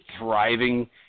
thriving